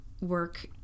work